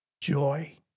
joy